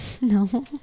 No